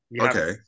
okay